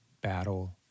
battle